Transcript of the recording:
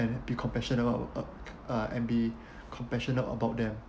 and be compassionate uh uh and be compassionate about them